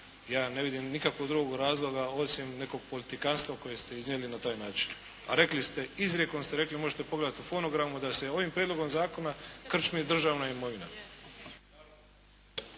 ja ne vidim nikakvog drugog razloga osim nekog politikanstva koje ste iznijeli na taj način, a rekli ste, izrijekom ste rekli i možete pogledati u fonogramu, da se ovim prijedlogom zakona krčmi državna imovina.